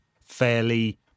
fairly